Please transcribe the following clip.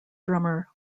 drummer